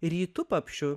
rytu papšiu